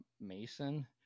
Mason